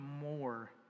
more